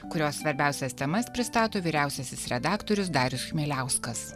kurio svarbiausias temas pristato vyriausiasis redaktorius darius chmieliauskas